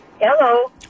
Hello